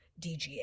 DGA